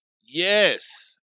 Yes